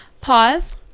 Pause